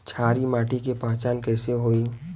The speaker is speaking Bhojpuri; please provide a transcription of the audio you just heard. क्षारीय माटी के पहचान कैसे होई?